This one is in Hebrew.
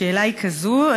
השאלה היא כזאת,